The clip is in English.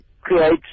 creates